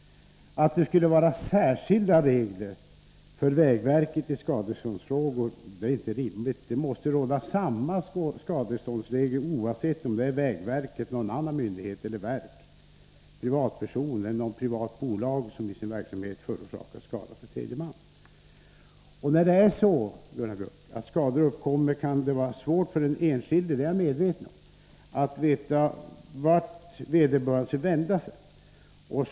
Att det skulle gälla särskilda regler för vägverket i skadeståndsfrågor är inte rimligt. Det måste gälla samma skadeståndsregler, oavsett om det är vägverket, någon annan myndighet, något verk, en privatperson eller ett privat bolag som i sin verksamhet förorsakar skada för tredje man. När skador uppkommer kan det vara svårt för den enskilde — det är jag medveten om -— att veta vart han skall vända sig.